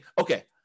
okay